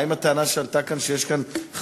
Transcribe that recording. מה עם הטענה שעלתה כאן שיש חיילים,